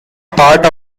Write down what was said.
part